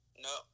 no